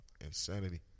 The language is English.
Insanity